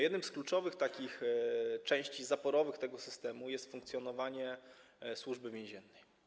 Jedną z kluczowych części zaporowych tego systemu jest funkcjonowanie Służby Więziennej.